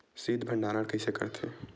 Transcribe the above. शीत भंडारण कइसे करथे?